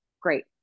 Great